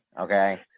okay